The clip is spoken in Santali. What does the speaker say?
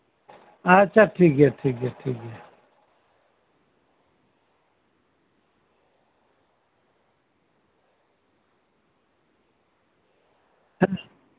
ᱟᱪᱪᱷᱟ ᱴᱷᱤᱠᱜᱮᱭᱟ ᱴᱷᱤᱠᱜᱮᱭᱟ ᱴᱷᱤᱠᱜᱮᱭᱟ ᱴᱷᱤᱠᱜᱮᱭᱟ